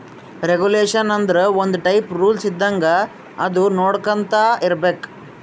regulation ಆಂದುರ್ ಒಂದ್ type rules ಇದ್ದಂಗ ಅದು ನೊಡ್ಕೊಂತಾ ಇರ್ಬೇಕ್